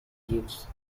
gives